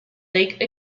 lake